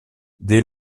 dès